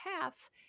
paths